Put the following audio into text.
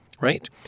right